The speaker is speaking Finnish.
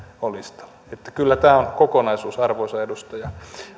on listalla että kyllä tämä on kokonaisuus arvoisa edustaja